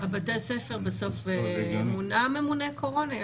בבתי הספר בסוף מונה ממונה קורונה?